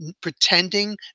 pretending